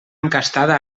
encastada